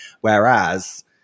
whereas